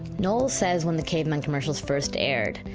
noel says when the caveman commercials first aired,